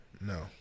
No